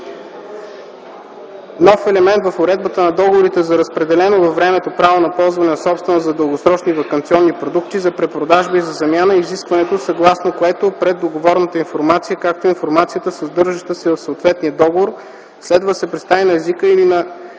Нов елемент в уредбата на договорите за разпределено във времето право на ползване на собственост за дългосрочни ваканционни продукти, за препродажба и за замяна е изискването, съгласно което преддоговорната информация, както и информацията, съдържаща се в съответния договор, следва да се предоставя на езика или на